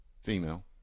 female